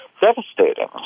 devastating